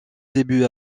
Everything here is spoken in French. début